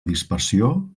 dispersió